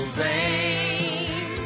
vain